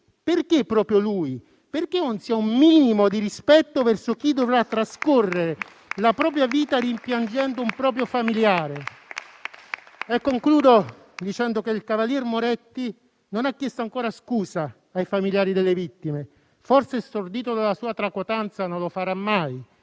perché proprio lui? Perché non si ha un minimo di rispetto verso chi dovrà trascorre la propria vita rimpiangendo un proprio familiare? Concludo dicendo che il cavalier Moretti non ha chiesto ancora scusa ai familiari delle vittime. Forse, stordito dalla sua tracotanza, non lo farà mai.